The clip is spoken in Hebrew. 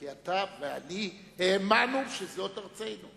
כי אתה ואני האמנו שזאת ארצנו.